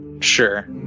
Sure